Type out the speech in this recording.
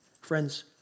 Friends